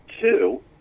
Two